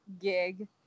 gig